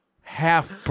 Half